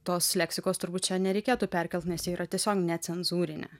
tos leksikos turbūt čia nereikėtų perkelt nes ji yra tiesiog necenzūrinė